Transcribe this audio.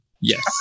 Yes